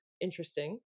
interesting